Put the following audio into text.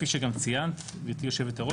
כפי שגם ציינת גבירתי יושבת-הראש,